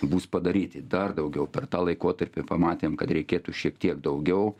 bus padaryti dar daugiau per tą laikotarpį pamatėm kad reikėtų šiek tiek daugiau